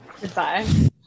Goodbye